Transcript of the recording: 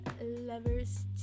lovers